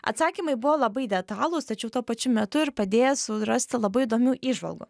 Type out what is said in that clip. atsakymai buvo labai detalūs tačiau tuo pačiu metu ir padėję surasti labai įdomių įžvalgų